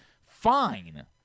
fine